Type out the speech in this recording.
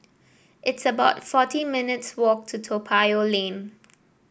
it's about forty minutes' walk to Toa Payoh Lane